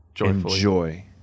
Enjoy